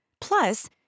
Plus